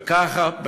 וככה,